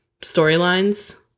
storylines